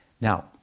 now